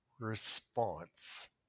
response